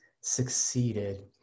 succeeded